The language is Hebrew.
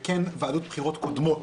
וכן ועדות בחירות קודמות,